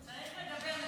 צריך לדבר עם